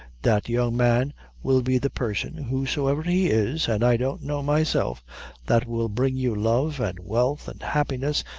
that young man will be the person, whosoever he is an' i don't know myself that will bring you love, and wealth, and happiness,